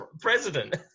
president